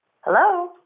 Hello